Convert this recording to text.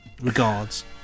Regards